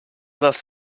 dels